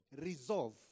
resolve